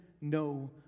no